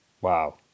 wow